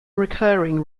recurring